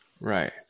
Right